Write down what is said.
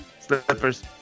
Slippers